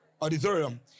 auditorium